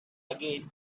again